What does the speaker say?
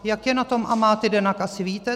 Jak je na tom AmatiDenak, asi víte.